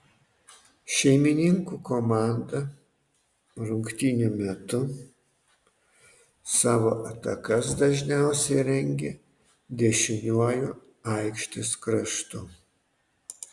šeimininkų komanda rungtynių metu savo atakas dažniausiai rengė dešiniuoju aikštės kraštu